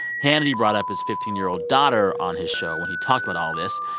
hannity brought up his fifteen year old daughter on his show when he talked about all this.